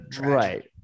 right